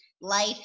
life